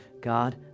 God